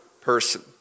person